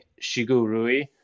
Shigurui